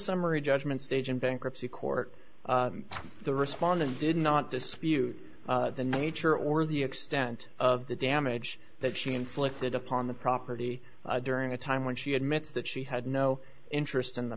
summary judgment stage in bankruptcy court the respondent did not dispute the nature or the extent of the damage that she inflicted upon the property during a time when she admits that she had no interest in the